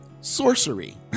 Sorcery